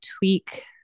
tweak